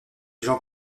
jean